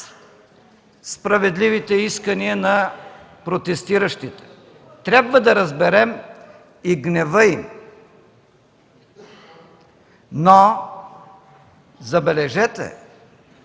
справедливите искания на протестиращите. Трябва да разберем и гнева им, но, забележете,